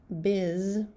Biz